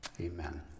Amen